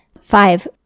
Five